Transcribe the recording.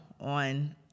on